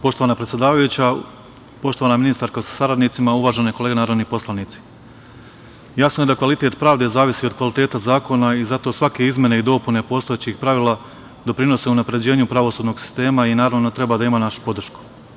Poštovana predsedavajuća, poštovana ministarko sa saradnicima, uvažene kolege narodni poslanici, jasno je da kvalitet pravde zavisi od kvaliteta zakona i zato svake izmene i dopune postojećih pravila doprinose unapređenju pravosudnog sistema i, naravno, treba da ima našu podršku.